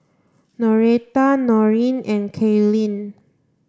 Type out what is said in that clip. Noretta Noreen and Kaylee